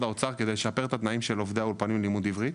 האוצר כדי לשפר את התנאים של עובדי האולפנים ללימוד עברית.